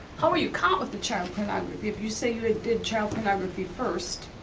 how were you caught with the child pornography? if you say you ah did child pornography first,